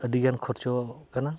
ᱟᱹᱰᱤ ᱜᱟᱱ ᱠᱷᱚᱨᱪᱟᱜ ᱠᱟᱱᱟ